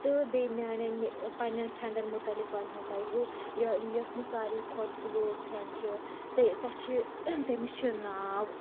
تہٕ بیٚیہِ میانٮ۪ن پَنٮ۪نن فرنڈَن مُتعلِق وَنہو تۄہہِ بہٕ یۄس مےٚ ساروٕے کھۄتہٕ کٕلوز فھرنٛڈ چھِ سۄ چھِ تٔمِس چھ ناو